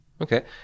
Okay